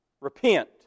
Repent